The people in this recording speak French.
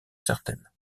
certaine